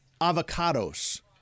avocados